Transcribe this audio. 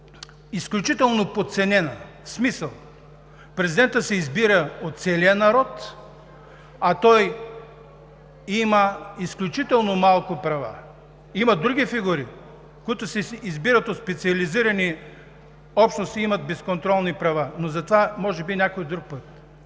изключително подценена, в смисъл, че президентът се избира от целия народ, а има изключително малко права, а има други фигури, които се избират от специализирани общности и имат безконтролни права, но за това може би ще говорим някой друг път.